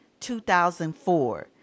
2004